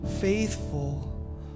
faithful